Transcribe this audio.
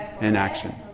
inaction